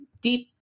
deep